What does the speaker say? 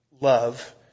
love